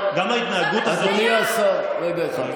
אני לא מבינה איזה שיפור יש שם.